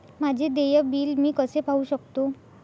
माझे देय बिल मी कसे पाहू शकतो?